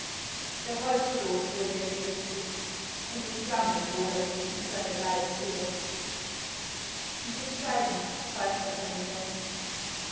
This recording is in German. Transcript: der holzstoß wurde ihm gerichtet und die flammen loderten um seine leibeshülle tiefes schweigen folgte seinen worten